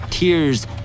Tears